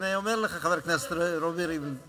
הנה, אומר לך חבר הכנסת רובי ריבלין.